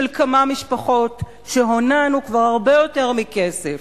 כמה משפחות שהונן הוא כבר הרבה יותר מכסף.